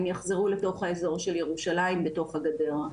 הם יחזרו לתוך האזור של ירושלים בתוך הגדר,